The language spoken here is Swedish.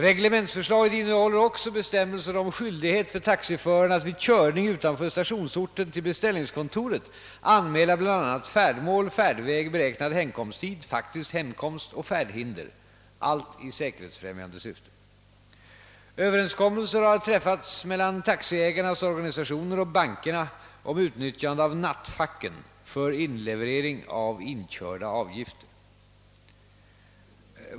Reglementsförslaget innehåller också bestämmelser om skyldighet för taxiföraren att vid körning utanför stationsorten till beställningskontoret anmäla bl.a. färdmål, färdväg, beräknad hemkomsttid, faktisk hemkomst och färdhinder — allt i säkerhetsfrämjande syfte. Överenskommelser har träffats mellan taxiägarnas organisationer och bankerna om utnyttjande av nattfacken för inleverering av inkörda avgifter.